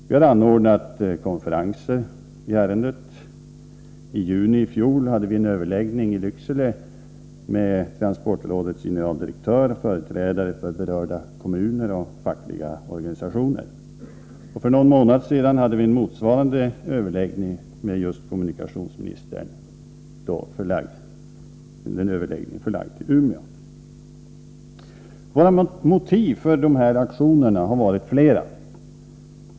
Vi har anordnat konferenser i ärendet. I juni i fjol hade vi en överläggning i Lycksele med transportrådets generaldirektör, företrädare för berörda kommuner och fackliga organisationer. För någon månad sedan hade vi en motsvarande överläggning med kommunikationsministern i Umeå. Våra motiv för dessa aktioner har varit flera.